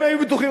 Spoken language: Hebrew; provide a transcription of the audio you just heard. הם היו בטוחים,